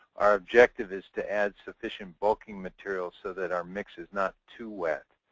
our objective is to add sufficient bulking materials so that our mix is not too wet.